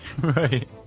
right